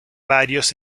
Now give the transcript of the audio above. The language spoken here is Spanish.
varios